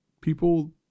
people